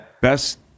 Best